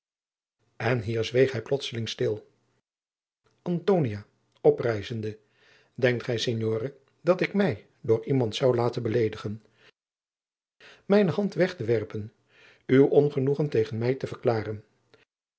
denkt gij signore dat ik mij door iemand zou laten beleedigen mijne hand weg te werpen uw ongenoegen tegen mij te verklaren